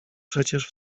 przecież